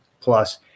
plus